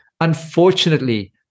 Unfortunately